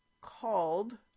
called